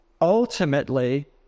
Ultimately